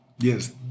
Yes